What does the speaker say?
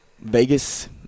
Vegas